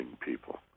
people